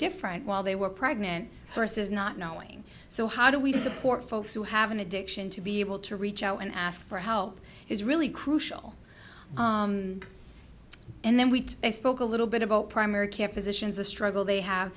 different while they were pregnant versus not knowing so how do we support folks who have an addiction to be able to reach out and ask for help is really crucial and then we spoke a little bit about primary care physicians the struggle they have